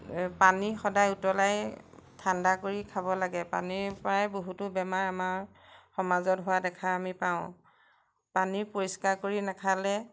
পানী সদায় উতলাই ঠাণ্ডা কৰি খাব লাগে পানীৰপৰাই বহুতো বেমাৰ আমাৰ সমাজত হোৱা দেখা আমি পাওঁ পানী পৰিষ্কাৰ কৰি নাখালে